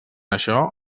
això